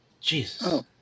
Jesus